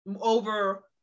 over